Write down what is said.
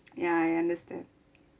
ya I understand